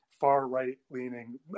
far-right-leaning